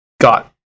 got